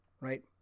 right